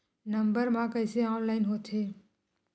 Number मा कइसे online होथे?